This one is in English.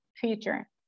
feature